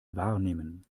wahrnehmen